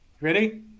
Ready